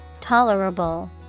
Tolerable